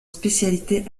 spécialité